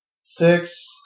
Six